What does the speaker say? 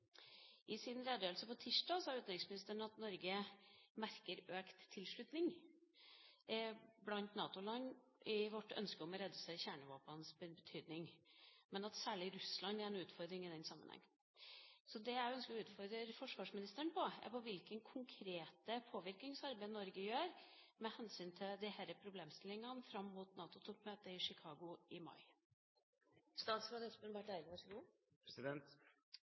I sin redegjørelse på tirsdag sa utenriksministeren at Norge merker økt tilslutning blant NATO-land til ønsket om å redusere kjernevåpnenes betydning, men at særlig Russland er en utfordring i den sammenheng. Det jeg ønsker å utfordre forsvarsministeren på, er hvilket konkret påvirkningsarbeid Norge gjør med hensyn til disse problemstillingene fram mot NATO-toppmøtet i Chicago i